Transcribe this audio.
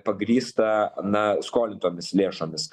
pagrįsta na skolintomis lėšomis